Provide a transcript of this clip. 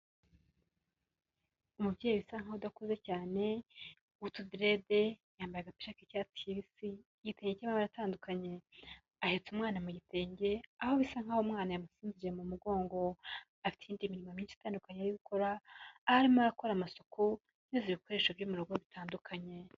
Umubyeyi usa nk'udaku cyane w'utudirede, yambaye agapira k'icyatsi kibisi, igitenge cy'amabara atandukanye, ahetse umwana mu gitenge, aho bisa nk'aho uwo umwana yamusinziriye mu mugongo, afite indi mirimo myinshi itandukanye yo gukora, aho arimo arakora amasuku, yoza ibikoresho byo mu rugo bitandukanye.